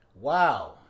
Wow